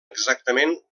exactament